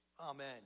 Amen